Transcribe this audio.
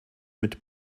mit